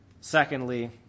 Secondly